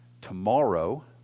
tomorrow